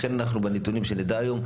לכן בנתונים שנקבל היום,